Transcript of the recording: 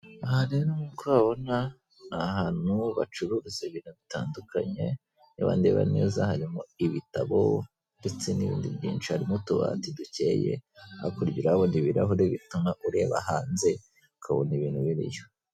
Aha rero nk'uko uhabona ahantu bacuruza ibintu bitandukanye niba ndeba neza harimo ibitabo ndetse n'ibindi byinshi, harimo utubati dukeye hakurya urahabona ibirahure bituma ureba hanze ukabona ibintu biriyo.